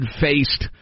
faced